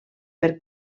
per